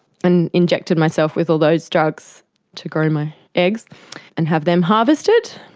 and injected myself with all those drugs to grow my eggs and have them harvested.